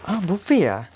!huh! buffet ah